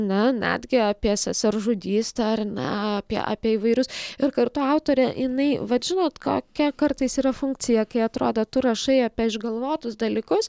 ne netgi apie seseržudystę ar ne apie apie įvairius ir kartu autorė jinai vat žinot kokia kartais yra funkcija kai atrodo tu rašai apie išgalvotus dalykus